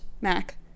Mac